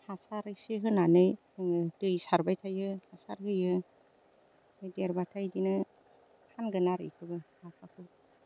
हासार इसे होनानै आङो दै सारबाय थायो हासार होयो ओमफ्राय देरब्लाथाय इदिनो फानगोन आरो इखोबो लाफाखौबो